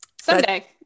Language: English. someday